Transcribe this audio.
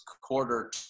quarter